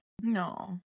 no